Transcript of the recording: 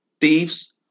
thieves